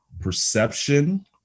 Perception